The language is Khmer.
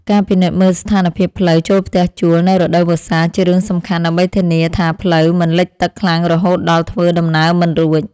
ការពិនិត្យមើលស្ថានភាពផ្លូវចូលផ្ទះជួលនៅរដូវវស្សាជារឿងសំខាន់ដើម្បីធានាថាផ្លូវមិនលិចទឹកខ្លាំងរហូតដល់ធ្វើដំណើរមិនរួច។